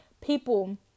people